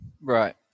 Right